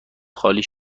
خالی